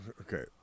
Okay